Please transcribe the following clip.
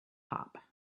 hop